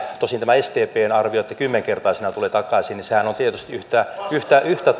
tosin tämä sdpn arviohan että kymmenkertaisena tulee takaisin on tietysti yhtä